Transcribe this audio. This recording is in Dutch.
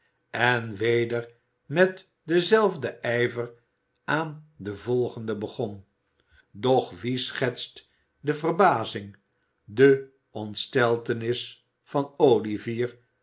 en weder met denzelfden ijver aan de volgende begon doch wie schetst de verbazing de ontsteltenis van olivier